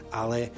ale